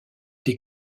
des